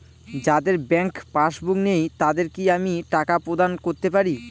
যাদের bank passbook নেই তাদের কি আমি টাকা প্রদান করতে পারি?